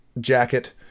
jacket